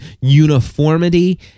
uniformity